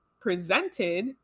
presented